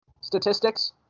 statistics